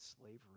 slavery